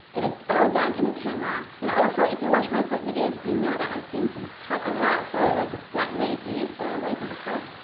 it is all done in the camera. and also if you watch my food videos, you know that i film from the top a lot, so like a flat lay view. all the way from the top.